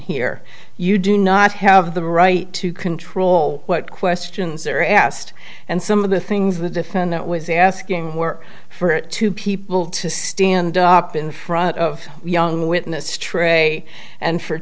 here you do not have the right to control what questions are asked and some of the things the defendant was asking were for two people to stand up in front of young witness tray and for